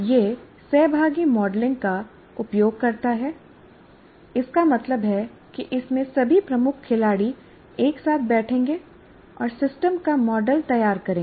यह सहभागी मॉडलिंग का उपयोग करता है इसका मतलब है कि इसमें सभी प्रमुख खिलाड़ी एक साथ बैठेंगे और सिस्टम का मॉडल तैयार करेंगे